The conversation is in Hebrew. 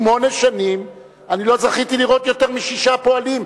שמונה שנים לא זכיתי לראות יותר משישה פועלים.